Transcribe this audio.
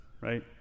right